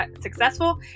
successful